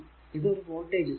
ഇത് ഒരു voltage source